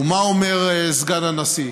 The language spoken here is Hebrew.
ומה אומר סגן הנשיא?